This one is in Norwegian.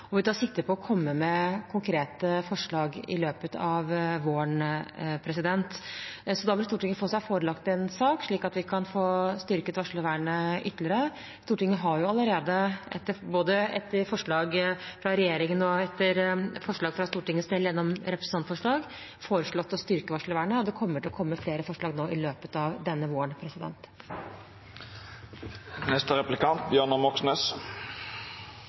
komme med konkrete forslag i løpet av våren. Da vil Stortinget bli forelagt en sak, slik at vi kan få styrket varslervernet ytterligere. Stortinget har allerede, både etter forslag fra regjeringen og etter forslag fra Stortinget gjennom representantforslag, foreslått å styrke varslervernet, og det kommer til å komme flere forslag i løpet av denne våren.